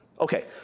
Okay